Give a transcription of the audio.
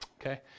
Okay